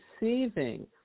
receiving